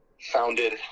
founded